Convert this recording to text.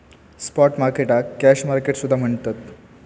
spot मार्केटाक cash market सुद्धा म्हणतत